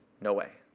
no way.